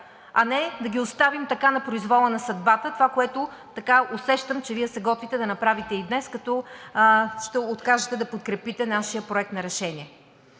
а не да ги оставим така на произвола на съдбата. Това, което усещам, че Вие се готвите днес да направите, е да откажете да подкрепите нашия проект на решение.